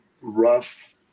rough